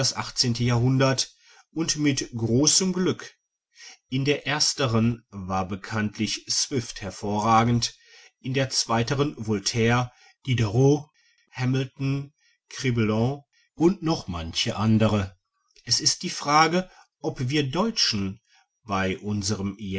achtzehnte jahrhundert und mit großem glück in der ersteren war bekanntlich swift hervorragend in der zweiten voltaire diderot hamilton crebillon und noch manche andere es ist die frage ob wir deutschen bei unserem